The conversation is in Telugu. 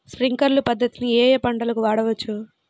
స్ప్రింక్లర్ పద్ధతిని ఏ ఏ పంటలకు వాడవచ్చు?